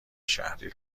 شهری